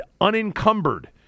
unencumbered